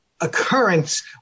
occurrence